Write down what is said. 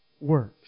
works